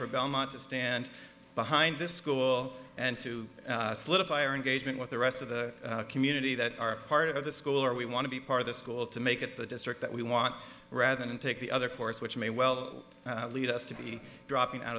for belmont to stand behind this school and to solidify our engagement with the rest of the community that are part of the school or we want to be part of the school to make it the district that we want rather than take the other course which may well lead us to be dropping out